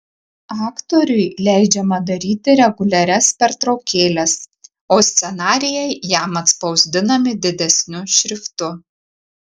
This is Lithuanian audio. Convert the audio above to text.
aktoriui leidžiama daryti reguliarias pertraukėles o scenarijai jam atspausdinami didesniu šriftu